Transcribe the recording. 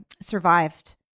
survived